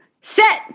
set